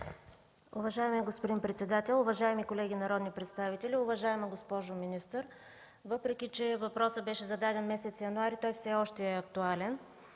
Уважаеми господин председател, уважаеми колеги народни представители, уважаема госпожо министър! Въпреки че въпросът беше зададен месец януари, той все още е актуален.